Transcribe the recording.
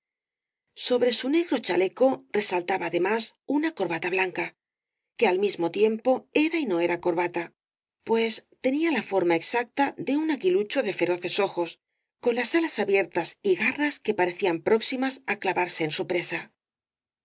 sobre su negro chaleco resaltaba además una corbata blanca que al mismo tiempo era y no era corbata el caballero de las botas azules pues tenía la forma exacta de un aguilucho de feroces ojos con las alas abiertas y garras que parecían próximas á clavarse en su presa